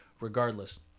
regardless